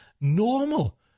normal